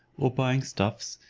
or buying stuffs,